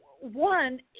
One